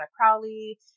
Crowley